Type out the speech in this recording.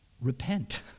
Repent